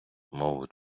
мову